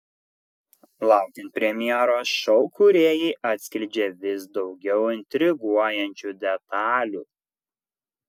laukiant premjeros šou kūrėjai atskleidžia vis daugiau intriguojančių detalių